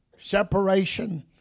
separation